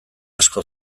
asko